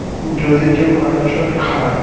যদি কেউ current shock খায়